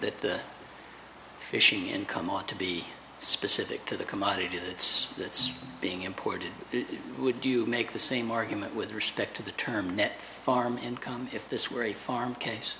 argued that fishing income ought to be specific to the commodity that's that's being imported would you make the same argument with respect to the term net farm income if this were a farm case